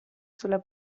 sulla